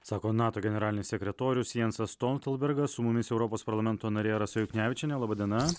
sako nato generalinis sekretorius jansas stoltenbergas su mumis europos parlamento narė rasa juknevičienė laba diena